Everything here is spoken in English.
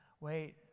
wait